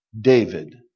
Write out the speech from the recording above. David